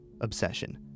obsession